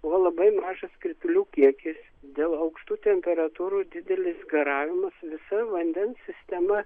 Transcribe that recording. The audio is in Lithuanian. buvo labai mažas kritulių kiekis dėl aukštų temperatūrų didelis garavimas visa vandens sistema